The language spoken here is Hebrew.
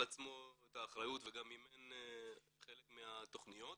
עצמו את האחריות וגם מימן חלק מהתכניות.